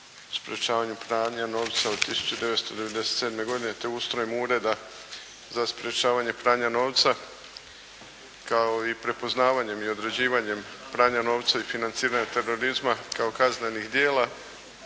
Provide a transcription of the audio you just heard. sprječavanju pranja novca od 1997. godine te ustrojem Ureda za sprječavanje pranja novca, kao i prepoznavanjem i određivanjem pranja novca i financiranja terorizma kao kaznenih djela